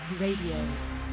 Radio